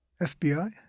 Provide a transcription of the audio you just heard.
FBI